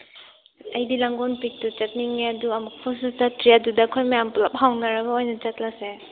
ꯑꯩꯗꯤ ꯂꯥꯡꯒꯣꯜ ꯄꯤꯛꯇꯨ ꯆꯠꯅꯤꯡꯉꯦ ꯑꯗꯨ ꯑꯃꯨꯛꯐꯥꯎꯁꯨ ꯆꯠꯁꯦ ꯑꯗꯨꯗ ꯑꯩꯈꯣꯏ ꯃꯌꯥꯝ ꯄꯨꯂꯞ ꯍꯧꯅꯔꯒ ꯑꯣꯏꯅ ꯆꯠꯂꯁꯦ